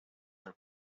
the